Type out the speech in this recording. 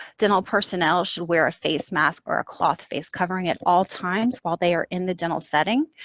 dental personnel should wear a face mask or a cloth face covering at all times while they are in the dental setting.